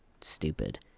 stupid